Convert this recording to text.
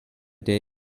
der